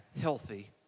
healthy